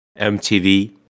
MTV